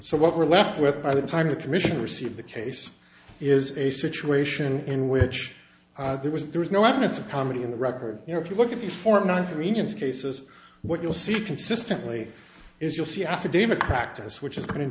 so what we're left with by the time the commission received the case is a situation in which there was there was no evidence of comedy in the record you know if you look at the forty ninth reunions cases what you'll see consistently is you'll see affidavit practice which is go